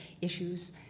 issues